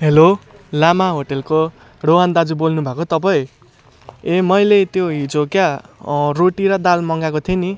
hello Lama होटलको रोहन दाजु बोल्नुभएको हो तपाईँ ए मैले त्यो हिजो क्या रोटी र दाल मगाएको थिएँ नि